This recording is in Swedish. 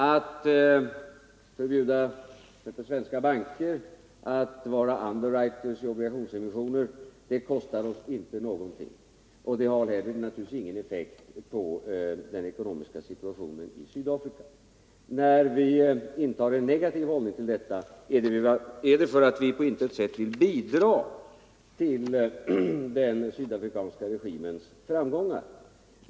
Att förbjuda svenska banker att vara underwriters till obligationsemissioner kostar oss inte någonting, och det har naturligtvis heller ingen effekt på den ekonomiska situationen i Sydafrika. När vi intar en negativ hållning till detta, så är det för att vi på intet sätt vill bidraga till den sydafrikanska regimens framgångar.